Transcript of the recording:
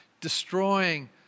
destroying